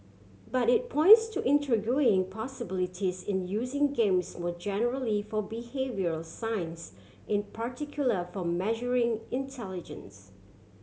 but it points to intriguing possibilities in using games more generally for behavioural science in particular for measuring intelligence